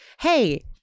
hey